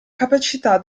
capacità